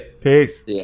Peace